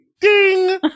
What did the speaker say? Ding